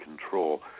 control